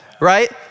Right